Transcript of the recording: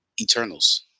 Eternals